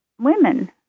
women